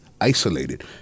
isolated